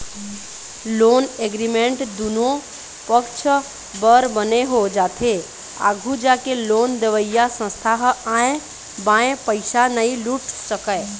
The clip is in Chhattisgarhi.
लोन एग्रीमेंट दुनो पक्छ बर बने हो जाथे आघू जाके लोन देवइया संस्था ह आंय बांय पइसा नइ लूट सकय